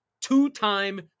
Two-time